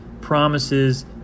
promises